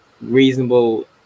reasonable